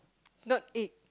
not egg